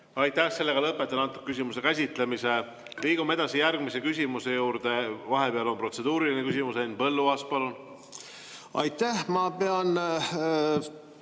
Aitäh! Lõpetan selle küsimuse käsitlemise. Liigume edasi järgmise küsimuse juurde. Vahepeal on protseduuriline küsimus. Henn Põlluaas, palun! Aitäh! Ma pean